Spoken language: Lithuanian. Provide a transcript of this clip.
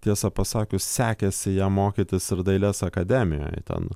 tiesą pasakius sekėsi ją mokytis ir dailės akademijoj ten